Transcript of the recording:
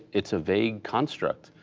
it's a vague construct.